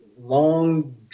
long